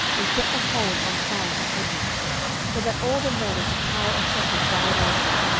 and set the hold on fire upon them so that all the men of the tower of shechem died also,